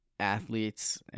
Athletes